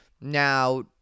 now